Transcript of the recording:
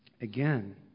again